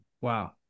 Wow